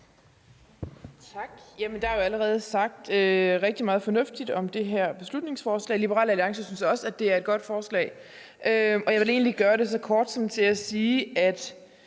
Tak. Der er jo allerede sagt rigtig meget fornuftigt om det her beslutningsforslag. Liberal Alliance synes også, at det er et godt forslag. Og jeg vil egentlig gøre det så kort som til at sige, at